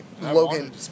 Logan